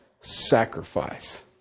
sacrifice